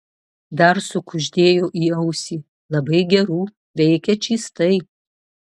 dar sukuždėjo į ausį labai gerų veikia čystai